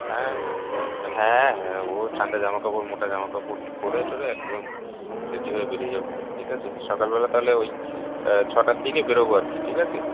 হ্যাঁ হ্যাঁ হ্যাঁ ও ঠান্ডা জামা কাপড় মোটা জামা কাপড় পরে টরে একদম রেডি হয়ে বেরিয়ে যাবো ঠিক আছে সকালবেলা তালে ওই ছটার দিকে বেরোবো আর কি ঠিক আছে